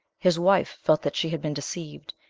his wife felt that she had been deceived,